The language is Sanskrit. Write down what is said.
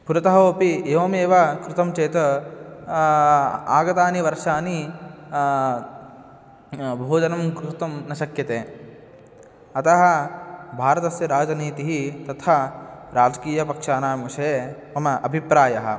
वृताः अपि एवमेव कृतं चेत् आगतेषु वर्षेषु भोजनं कृतं न शक्यते अतः भारतस्य राजनीतिः तथा राजकीयपक्षानां विषये मम अभिप्रायः